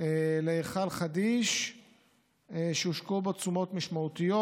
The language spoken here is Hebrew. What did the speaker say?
להיכל חדיש שהושקעו בו תשומות משמעותיות.